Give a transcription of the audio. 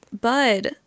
Bud